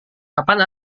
kapan